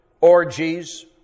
orgies